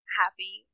happy